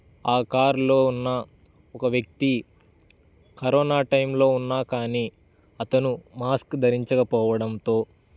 ఆ కారులో ఉన్న ఒక వ్యక్తి కరోనా టైంలో ఉన్నా కానీ అతను మాస్క్ ధరించకపోవడంతో